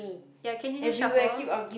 ya can you just shuffle